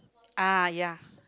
ah ya